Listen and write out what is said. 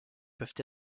peuvent